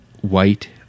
white